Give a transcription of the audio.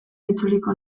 itzuliko